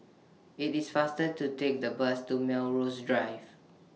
IT IS faster to Take The Bus to Melrose Drive